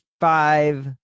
five